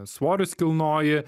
svorius kilnoji